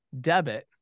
debit